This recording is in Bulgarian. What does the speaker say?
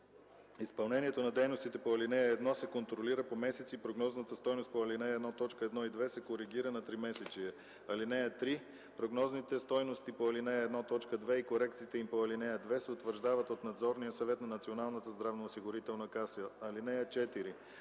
Изпълнението на дейностите по ал. 1 се контролира по месеци и прогнозната стойност по ал. 1, т. 1 и 2 се коригира на тримесечие. (3) Прогнозните стойности по ал. 1, т. 2 и корекциите им по ал. 2 се утвърждават от Надзорния съвет на Националната здравноосигурителна каса. (4)